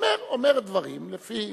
אומר דברים לפי,